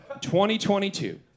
2022